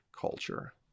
culture